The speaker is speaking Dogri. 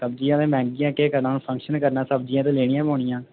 सब्ज़ियां बड़ियां मैहंगियां केह् करना सब्ज़ियां ते लैनियां गै पौनियां